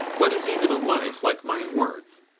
what is even a life like mine worth?